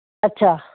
ਅੱਛਾ